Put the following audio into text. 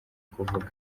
kuvuga